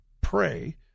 pray